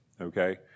okay